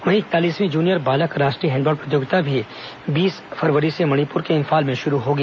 वहीं इकतालीसवीं जूनियर बालक राष्ट्रीय हैंडबॉल प्रतियोगिता भी बीस फरवरी से मणिपुर के इंफाल में शुरू होगी